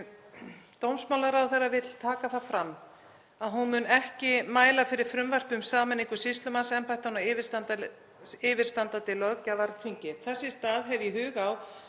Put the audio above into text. Dómsmálaráðherra vill taka það fram að hún mun ekki mæla fyrir frumvarpi um sameiningu sýslumannsembættanna á yfirstandandi löggjafarþingi. Þess í stað hef ég hug á